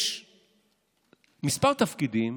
יש כמה תפקידים